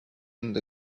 and